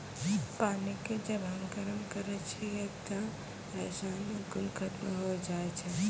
पानी क जब हम गरम करै छियै त रासायनिक गुन खत्म होय जाय छै